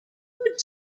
would